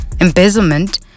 embezzlement